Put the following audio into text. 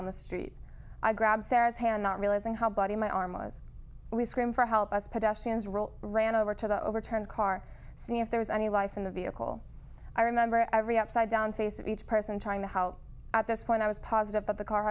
on the street i grabbed sara's hand not realizing how bloody my arm was we scream for help us pedestrians roll ran over to the overturned car see if there was any life in the vehicle i remember every upside down face of each person trying to help at this point i was positive that the car